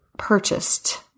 purchased